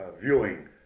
viewing